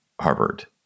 harvard